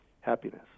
Happiness